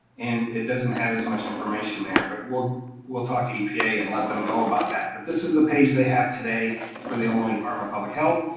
and it doesn't have as much information there, but we'll we'll talk to epa and let them know about that. but this is the page they have today for the illinois department of public health,